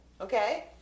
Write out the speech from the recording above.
Okay